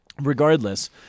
regardless